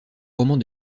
romans